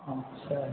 अच्छा